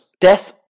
Death